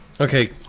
Okay